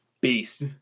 Beast